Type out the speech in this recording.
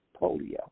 polio